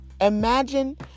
imagine